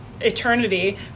eternity